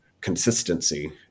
consistency